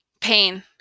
pain